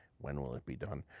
when will it be done?